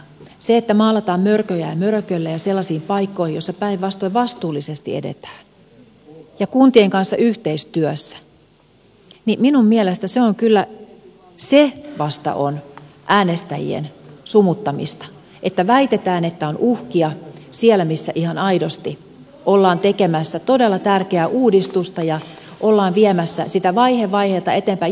se että maalataan mörköjä ja mörököllejä sellaisiin paikkoihin joissa päinvastoin vastuullisesti edetään ja kuntien kanssa yhteistyössä minun mielestäni vasta on äänestäjien sumuttamista että väitetään että on uhkia siellä missä ihan aidosti ollaan tekemässä todella tärkeää uudistusta ja ollaan viemässä sitä vaihe vaiheelta eteenpäin